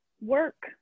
work